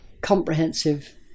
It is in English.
comprehensive